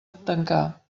tancar